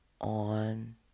on